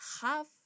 half